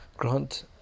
Grant